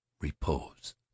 Repose